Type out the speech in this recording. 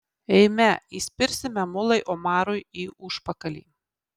eime įspirsime mulai omarui į užpakalį